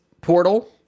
Portal